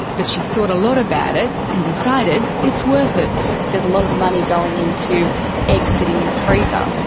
but she thought a lot about it, and decided it's worth it. there's a lot of money going into eggs sitting in a freezer.